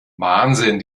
wahnsinn